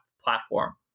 platform